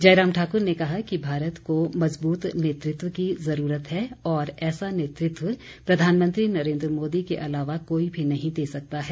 जयराम ठाक़्र ने कहा कि भारत को मज़बूत नेतृत्व की ज़रूरत है और ऐसा नेतृत्व प्रधानमंत्री नरेन्द्र मोदी के अलावा कोई भी नहीं दे सकता है